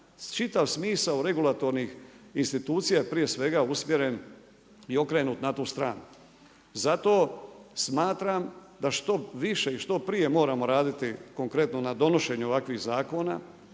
čitav smisao regulatornih institucija je prije svega usmjeren i okrenut na tu stranu. Zato smatram da što više i što prije moramo raditi konkretno na donošenju ovakvih zakona